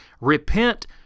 Repent